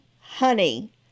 Honey